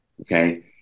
Okay